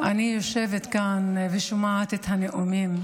אני יושבת כאן ושומעת את הנאומים,